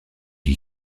qui